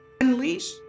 Unleash